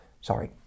sorry